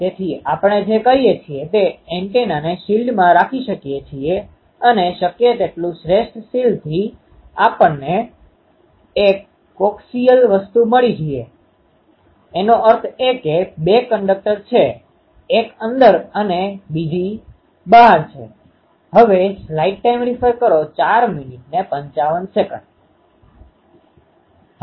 તેથી આપણે જે કરીએ છીએ તે એન્ટેનાને શિલ્ડshieldઢાલમાં રાખી કરીએ છીએ અને શક્ય તેટલું શ્રેષ્ઠ શિલ્ડથી આપણને એક કોક્સિયલ વસ્તુ મળે છીએ એનો અર્થ એ કે બે કંડક્ટરconductorવાહક છે એક અંદર અને બીજુ બહાર છે